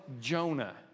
Jonah